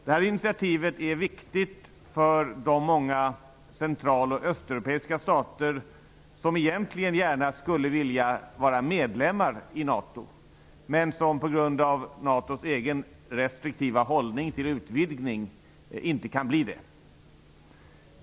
Det här initiativet är viktigt för de många central och östeuropeiska stater som egentligen gärna skulle vilja vara medlemmar i NATO, men som på grund av NATO:s egen restriktiva hållning till utvidgning inte kan bli det.